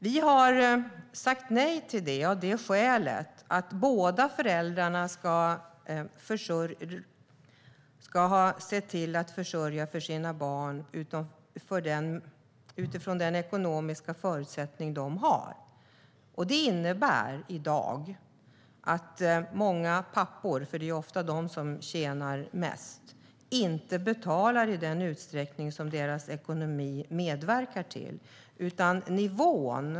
Vi har sagt nej till det av det skälet att båda föräldrarna ska försörja sina barn utifrån sina ekonomiska förutsättningar. Det innebär att många pappor, för det är ofta de som tjänar mest, i dag inte betalar i den utsträckning som deras ekonomi medger.